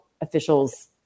officials